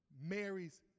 Mary's